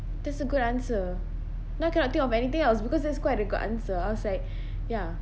that's a good answer now I cannot think of anything else because there's quite a good answer I was like ya